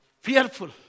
fearful